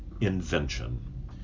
invention